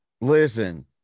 Listen